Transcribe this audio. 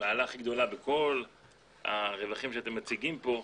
המעלה הכי גדולה בכל הרווחים שאתם מציגים כאן.